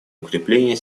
укрепление